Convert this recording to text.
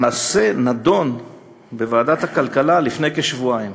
הנושא נדון בוועדת הכלכלה לפני כשבועיים,